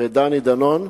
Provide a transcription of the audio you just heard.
ודני דנון,